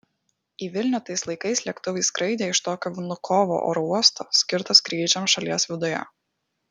į vilnių tais laikais lėktuvai skraidė iš tokio vnukovo oro uosto skirto skrydžiams šalies viduje